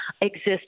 exist